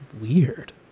weird